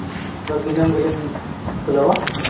ᱫᱚ ᱫᱤᱱᱟᱹᱜ ᱜᱮᱞᱤᱧ ᱠᱷᱩᱞᱟᱹᱣᱟ